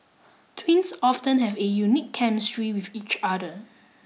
twins often have a unique chemistry with each other